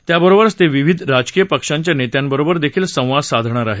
त्याबरोबरच ते विविध राजकीय पक्षांच्या नेत्यांबरोबर देखील संवाद साधणार आहेत